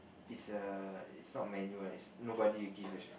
is a is not manual lah is nobody give a shit